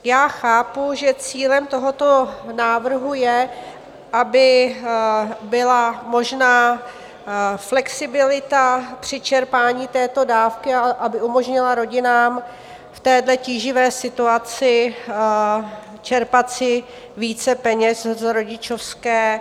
Já chápu, že cílem tohoto návrhu je, aby byla možná flexibilita při čerpání této dávky a aby umožnila rodinám v téhle tíživé situaci čerpat si více peněz z rodičovské.